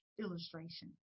illustration